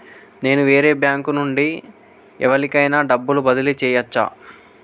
నేను వేరే బ్యాంకు నుండి ఎవలికైనా డబ్బు బదిలీ చేయచ్చా?